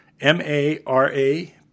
M-A-R-A